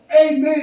Amen